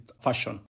fashion